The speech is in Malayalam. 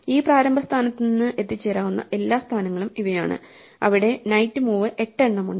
ഈ പ്രാരംഭ സ്ഥാനത്ത് നിന്ന് എത്തിച്ചേരാവുന്ന എല്ലാ സ്ഥാനങ്ങളും ഇവയാണ് അവിടെ നൈറ്റ് മൂവ് എട്ട് എണ്ണം ഉണ്ട്